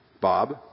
Bob